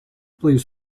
please